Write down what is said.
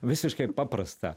visiškai paprasta